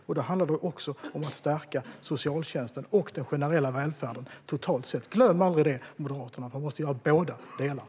Där handlar det också om att stärka socialtjänsten och den generella välfärden totalt sett. Glöm aldrig det, Moderaterna: Man måste göra båda delarna!